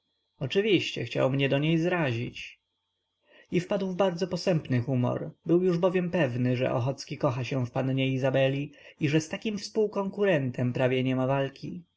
oczywiście chciał mnie do niej zrazić i wpadł w bardzo posępny humor był już bowiem pewny że ochocki kocha się w pannie izabeli i że z takim współkonkurentem prawie niema walki